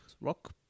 rock